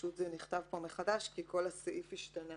פשוט זה נכתב מחדש כי כל הסעיף השתנה.